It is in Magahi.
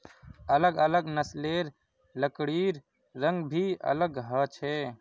अलग अलग नस्लेर लकड़िर रंग भी अलग ह छे